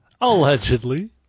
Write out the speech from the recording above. allegedly